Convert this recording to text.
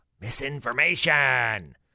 misinformation